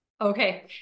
okay